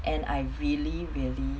and I really really